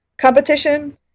competition